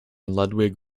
ludwig